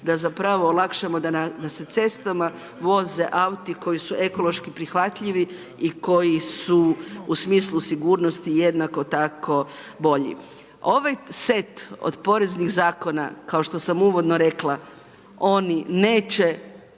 da zapravo olakšamo da se cestama voze auti koji su ekološki prihvatljivi i koji su u smislu sigurnosti jednako tako bolji. Ovaj set od poreznih zakona, kao što sam uvodno rekla, oni neće